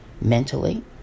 mentally